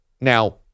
Now